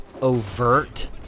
overt